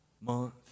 month